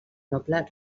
noble